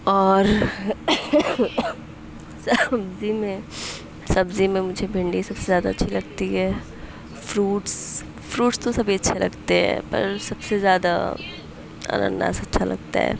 اور سبزی میں سبزی میں مجھے بھنڈی سب سے زیادہ اچھی لگتی ہے فروٹس فروٹس تو سبھی اچھے لگتے ہیں پر سب سے زیادہ انناس اچھا لگتا ہے